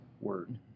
word